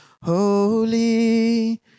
Holy